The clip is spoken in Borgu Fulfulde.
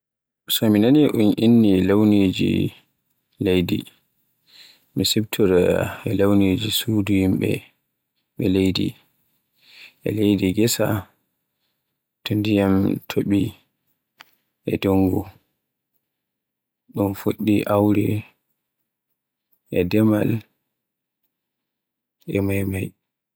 So mi nani un inni launiji leydi e siftoroya e launiji cuudi yimɓe ɓe leydi. E leydi gesa to ndiyam topi e dungu. Un fuɗɗai aure, e demal e maymay.